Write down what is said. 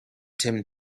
tim